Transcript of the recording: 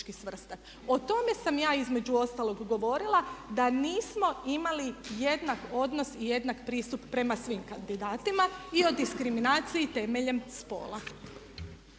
O tome sam ja između ostalog govorila da nismo imali jednak odnos i jednak pristup prema svim kandidatima i o diskriminaciji temeljem spola.